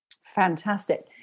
Fantastic